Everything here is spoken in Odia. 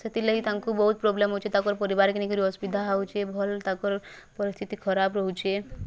ସେଥିର୍ ଲାଗି ତାଙ୍କୁ ବହୁତ୍ ପ୍ରୋବ୍ଲେମ୍ ହେଉଛି ତାଙ୍କର ପରିବାର୍କେ ନେଇ କିରି ଅସୁବିଧା ହେଉଛି ଭଲ୍ ତାଙ୍କର୍ ପରିସ୍ଥିତି ଖରାପ ରହୁଚି